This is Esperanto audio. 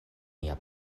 mia